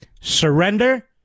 Surrender